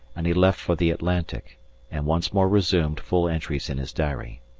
and he left for the atlantic and once more resumed full entries in his diary.